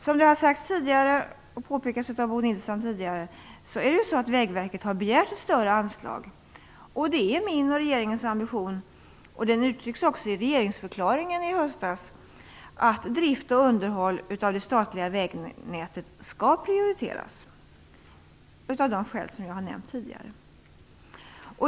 Som vi tidigare har sagt och som har påpekats här av Bo Nilsson har Vägverket begärt ett större anslag, och det är min och regeringens ambition, som också uttryckts i regeringsförklaringen i höstas, att drift och underhåll av det statliga vägnätet skall prioriteras, av de skäl som jag har nämnt.